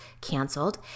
canceled